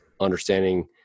understanding